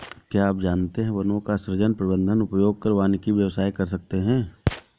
क्या आप जानते है वनों का सृजन, प्रबन्धन, उपयोग कर वानिकी व्यवसाय कर सकते है?